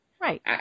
Right